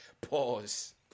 Pause